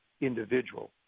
individual